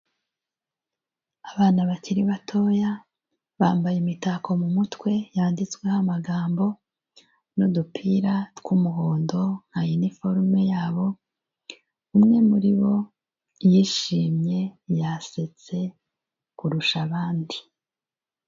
Abana bakiri batoya bambaye imitako mu mutwe yanditsweho amagambo n'udupira tw'umuhondo nka iniforume yabo umwe muri bo yishimye yasetse kurusha abandi.